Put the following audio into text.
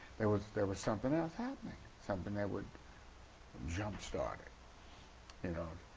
there was there was something else happening, something that would jump-start it. um